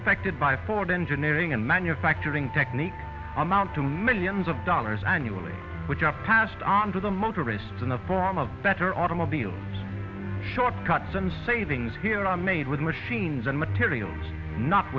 affected by ford engineering and manufacturing techniques amount to millions of dollars annually which are passed on to the motorists in the form of better automobile shortcuts and savings here are made with machines and materials no